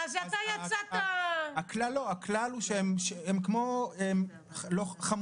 אז הכלל הוא שהן חמורה,